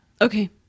Okay